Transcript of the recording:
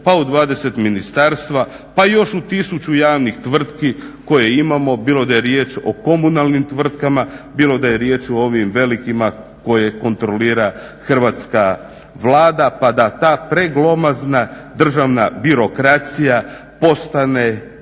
pa u 20 ministarstva, pa još u tisuću javnih tvrtki koje imamo, bilo da je riječ o komunalnim tvrtkama, bilo da je riječ o ovim velikima koje kontrolira hrvatska Vlada pa da ta preglomazna državna birokracija postane